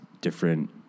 different